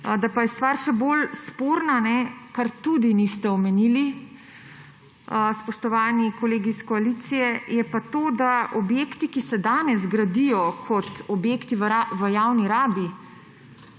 Da pa je stvar še bolj sporna, česar tudi niste omenili, spoštovani kolegi iz koalicije, je pa to, da objekti, k se danes gradijo kot objekti v javni rabi,